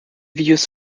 videos